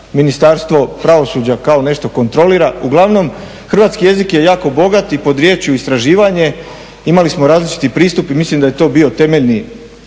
Ministarstvo pravosuđa, kao nešto kontrolira, uglavnom, hrvatski jezik je jako bogat i pod riječju istraživanje imali smo različiti pristup i mislim da je to bio temeljni